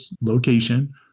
location